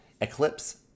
Eclipse